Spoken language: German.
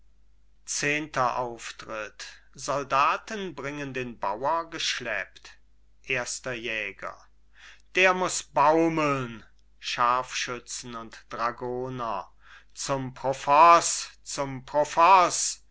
zehnter auftritt soldaten bringen den bauer geschleppt erster jäger der muß baumeln scharfschützen und dragoner zum profoß zum profoß